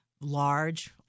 large